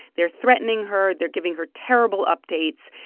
they're threatening her. they're giving her terrible updates.